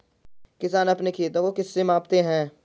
किसान अपने खेत को किससे मापते हैं?